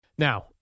Now